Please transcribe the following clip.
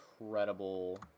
incredible